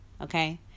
okay